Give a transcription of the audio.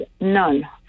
none